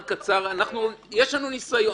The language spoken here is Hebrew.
יש לנו ניסיון,